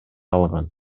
алган